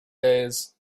days